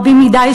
רבים מדי,